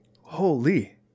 Holy